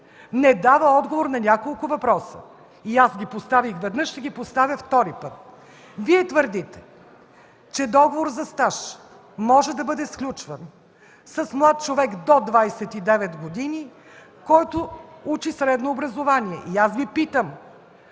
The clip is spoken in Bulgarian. не дава отговор на няколко въпроса. Поставих ги веднъж, ще ги поставя и втори път. Вие твърдите, че договор за стаж може да бъде сключван с млад човек до 29 години, който учи средно образование. Аз Ви питам: